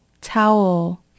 towel